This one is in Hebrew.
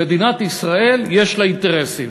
ומדינת ישראל יש לה אינטרסים.